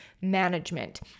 management